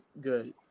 good